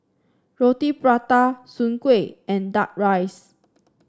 Roti Prata Soon Kway and duck rice